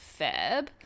Feb